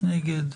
מי נגד?